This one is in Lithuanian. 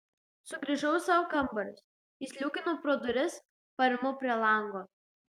sugrįžau į savo kambarius įsliūkinau pro duris parimau prie lango